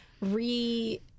re-